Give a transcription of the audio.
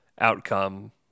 outcome